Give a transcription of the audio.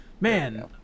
Man